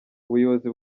ubuyobozi